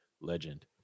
Legend